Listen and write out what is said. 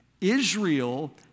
Israel